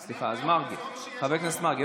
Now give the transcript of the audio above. סליחה, חבר הכנסת מרגי.